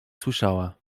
słyszała